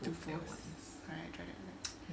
do both right right right